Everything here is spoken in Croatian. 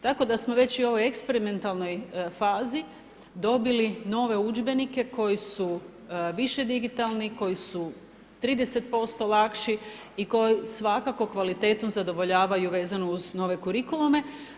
Tako da smo već i u ovom eksperimentalnoj fazi, dobili nove udžbenike, koji su više digitalni, koji su 30% lakši i koji svakako kvalitetom zadovoljavaju vezano uz nove kurikulume.